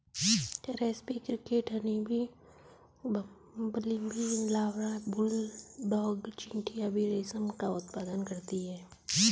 रेस्पी cricket, honeybee, bumblebee larva, bulldog चींटियां भी रेशम का उत्पादन करती हैं